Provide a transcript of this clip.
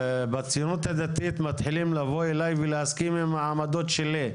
בציונות הדתית מתחילים לבוא אליי ולהסכים עם העמדות שלי,